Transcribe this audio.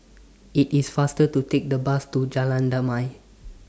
IT IS faster to Take The Bus to Jalan Damai